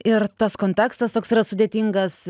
ir tas kontekstas toks yra sudėtingas